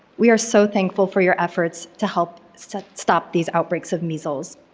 we are so thankful for your efforts to help so stop these outbreaks of measles.